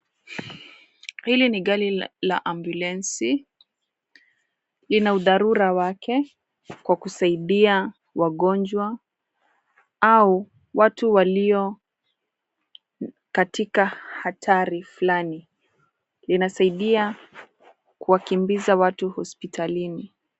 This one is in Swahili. Hili ni gari la ambulensi. Lina udharura wake kwa kusaidia wagonjwa au watu walio katika hatari fulani. Linasaidia kuwakimbiza watu hospitalini.